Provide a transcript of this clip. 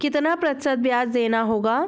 कितना प्रतिशत ब्याज देना होगा?